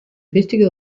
wichtige